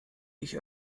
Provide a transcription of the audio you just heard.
ich